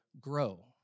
grow